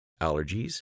allergies